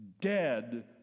dead